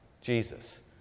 Jesus